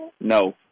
No